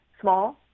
small